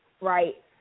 right